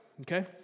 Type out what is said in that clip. Okay